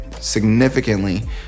significantly